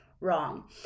wrong